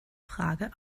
frage